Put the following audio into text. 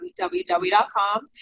www.com